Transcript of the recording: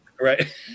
Right